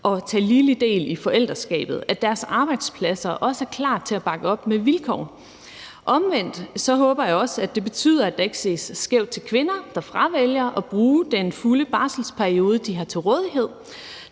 og ligeligt tage del i forældreskabet, og at deres arbejdspladser også er klar til at bakke op med vilkår. Omvendt håber jeg også, at det betyder, at der ikke ses skævt til kvinder, der fravælger at bruge den fulde barselsperiode, de har til rådighed.